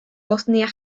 bosnia